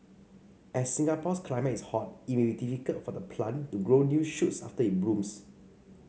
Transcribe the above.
as Singapore's climate is hot it may be difficult for the plant to grow new shoots after it blooms